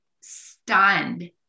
stunned